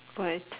what